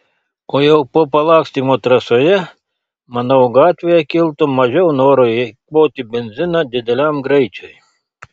o jau po palakstymo trasoje manau gatvėje kiltų mažiau noro eikvoti benziną dideliam greičiui